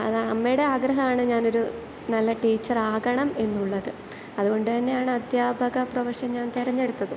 അത് അമ്മയുടെ ആഗ്രഹമാണ് ഞാനൊരു നല്ല ടീച്ചർ ആകണം എന്നുള്ളത് അതുകൊണ്ടുതന്നെയാണ് അധ്യാപക പ്രൊഫഷൻ ഞാൻ തിരഞ്ഞെടുത്തതും